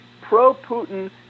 pro-Putin